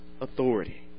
authority